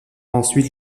ensuite